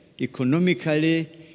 economically